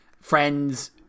friends